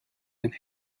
and